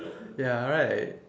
ya right